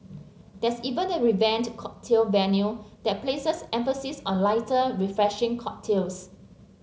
there's even a revamped cocktail menu that places emphasis on lighter refreshing cocktails